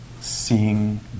seeing